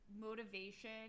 motivation